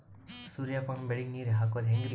ಸೂರ್ಯಪಾನ ಬೆಳಿಗ ನೀರ್ ಹಾಕೋದ ಹೆಂಗರಿ?